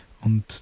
Und